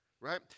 Right